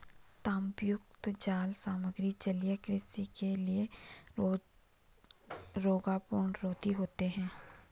तांबायुक्त जाल सामग्री जलीय कृषि के लिए रोगाणुरोधी होते हैं